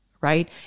right